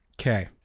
okay